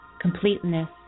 completeness